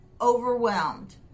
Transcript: overwhelmed